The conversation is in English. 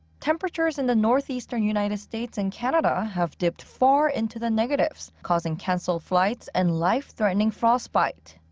temperatures in the northeastern united states and canada have dipped far into the negatives, causing cancelled flights and life-threatening frostbite.